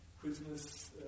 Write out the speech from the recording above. Christmas